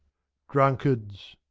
drunkards!